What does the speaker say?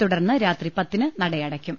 തുടർന്ന് രാത്രി പത്തിന് നടയടയ്ക്കും